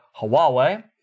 Huawei